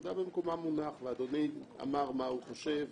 כבודה במקומה מונח ואדוני אמר איפה הוא חושב